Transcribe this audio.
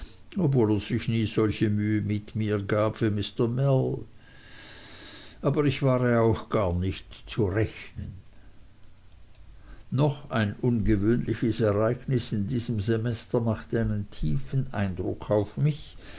obwohl er sich nie solche mühe mit mir gab wie mr mell aber ich war ja auch gar nicht zu rechnen noch ein ungewöhnliches ereignis in diesem semester machte einen tiefen eindruck auf mich